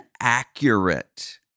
accurate